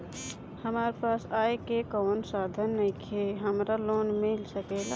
हमरा पास आय के कवनो साधन नईखे हमरा लोन मिल सकेला?